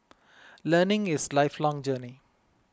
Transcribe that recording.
learning is lifelong journey